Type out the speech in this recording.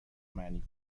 معنی